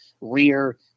rear